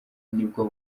nibwo